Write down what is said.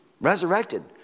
resurrected